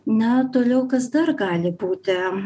na toliau kas dar gali būti